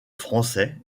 français